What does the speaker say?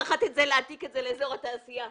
להעתיק את זה לאזור התעשייה?